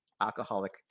alcoholic